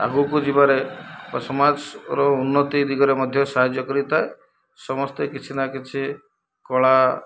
ଆଗକୁ ଯିବାରେ ସମାଜର ଉନ୍ନତି ଦିଗରେ ମଧ୍ୟ ସାହାଯ୍ୟ କରିଥାଏ ସମସ୍ତେ କିଛି ନା କିଛି କଳା